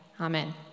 Amen